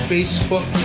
Facebook